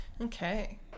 Okay